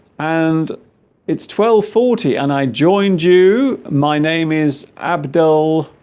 and it's twelve forty and i joined you my name is abdul